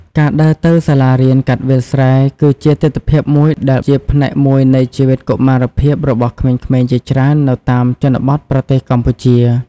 ការដើរទៅសាលារៀនកាត់វាលស្រែ គឺជាទិដ្ឋភាពមួយដ៏ស៊ាំធ្លាប់ និងជាផ្នែកមួយនៃជីវិតកុមារភាពរបស់ក្មេងៗជាច្រើននៅតាមជនបទប្រទេសកម្ពុជា។